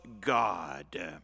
God